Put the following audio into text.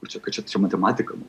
vat čia kad čia matematika